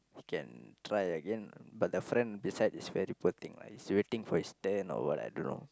he can try again but the friend beside is very poor thing he is waiting for his turn or what I don't know